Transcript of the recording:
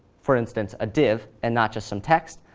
for instance, a div and not just some text,